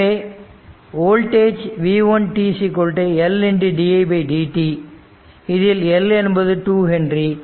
எனவே voltage v1t L didt இதில் L என்பது 2 ஹென்றி